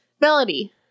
Melody